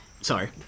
Sorry